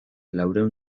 laurehun